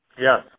Yes